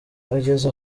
ageze